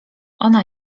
ona